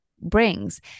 brings